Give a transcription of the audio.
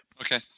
Okay